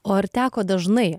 o ar teko dažnai